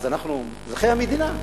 אז אנחנו אזרחי המדינה,